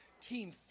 Team